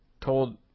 told